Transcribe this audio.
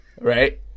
right